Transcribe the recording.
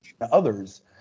others